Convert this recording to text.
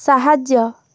ସାହାଯ୍ୟ